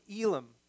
Elam